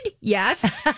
Yes